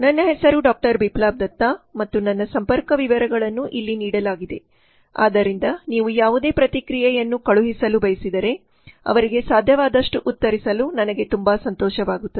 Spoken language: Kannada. ನನ್ನ ಹೆಸರು ಡಾ ಬಿಪ್ಲಾಬ್ ದತ್ತಾ ಮತ್ತು ನನ್ನ ಸಂಪರ್ಕ ವಿವರಗಳನ್ನು ಇಲ್ಲಿ ನೀಡಲಾಗಿದೆ ಆದ್ದರಿಂದ ನೀವು ಯಾವುದೇ ಪ್ರತಿಕ್ರಿಯೆಯನ್ನು ಕಳುಹಿಸಲು ಬಯಸಿದರೆ ಅವರಿಗೆ ಸಾಧ್ಯವಾದಷ್ಟು ಉತ್ತರಿಸಲು ನನಗೆ ತುಂಬಾ ಸಂತೋಷವಾಗುತ್ತದೆ